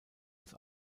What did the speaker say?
des